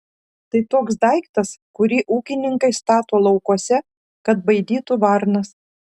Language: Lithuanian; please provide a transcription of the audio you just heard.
tai toks daiktas kurį ūkininkai stato laukuose kad baidytų varnas